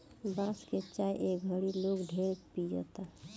बांस के चाय ए घड़ी लोग ढेरे पियता